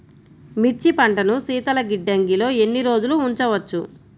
మిర్చి పంటను శీతల గిడ్డంగిలో ఎన్ని రోజులు ఉంచవచ్చు?